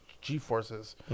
G-forces